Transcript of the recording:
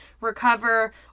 recover